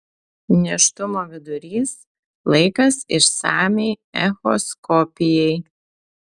nėštumo vidurys laikas išsamiai echoskopijai